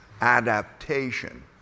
adaptation